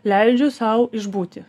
leidžiu sau išbūti